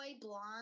blonde